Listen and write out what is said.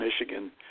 Michigan